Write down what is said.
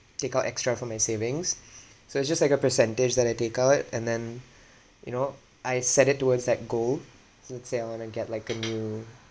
take out extra from my savings so it's just like a percentage that I take out and then you know I set it towards that goal let's say I want to get like a new